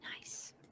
Nice